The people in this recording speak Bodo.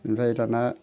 ओमफ्राय दाना